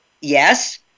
Yes